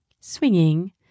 swinging